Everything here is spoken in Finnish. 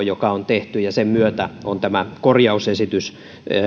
joka on tehty ja sen myötä on tämä korjausesitys